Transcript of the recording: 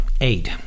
Eight